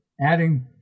adding